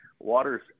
Water's